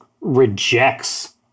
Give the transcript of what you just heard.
rejects